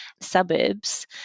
suburbs